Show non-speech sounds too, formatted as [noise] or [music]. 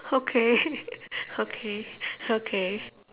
okay [laughs] okay okay